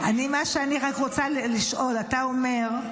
מה שאני רוצה לשאול: אתה אומר,